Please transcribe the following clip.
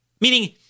meaning